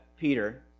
Peter